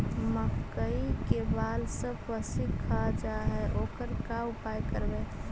मकइ के बाल सब पशी खा जा है ओकर का उपाय करबै?